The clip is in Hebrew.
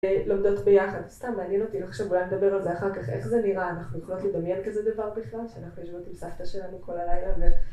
לומדות ביחד. סתם מעניין אותי לחשוב, אולי נדבר על זה אחר כך, איך זה נראה? אנחנו יכולות לדמיין כזה דבר בכלל? שאנחנו יושבות עם סבתא שלנו כל הלילה ואיך…